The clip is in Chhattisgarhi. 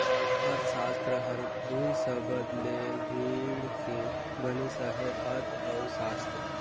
अर्थसास्त्र हर दुई सबद ले जुइड़ के बनिस अहे अर्थ अउ सास्त्र